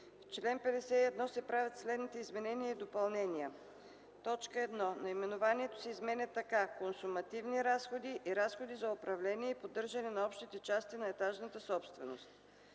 в чл. 51 се правят следните изменения и допълнения: 1. Наименованието се изменя така: „Консумативни разходи и разходи за управление и поддържане на общите части на етажната собственост”.